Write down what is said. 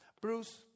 Bruce